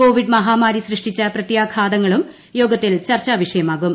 Covid മഹാമാരി സൃഷ്ടിച്ച പ്രത്യാഘാതങ്ങളും യോഗത്തിൽ ചർച്ചാ വിഷയമാകും